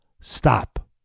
Stop